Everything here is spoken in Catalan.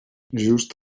just